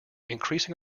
increasing